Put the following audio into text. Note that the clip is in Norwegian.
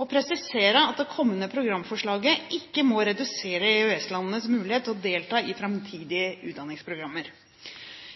og presisere at det kommende programforslaget ikke må redusere EØS-landenes mulighet til å delta i framtidige utdanningsprogrammer.